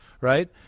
right